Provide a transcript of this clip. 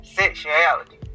sexuality